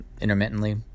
intermittently